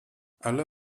alle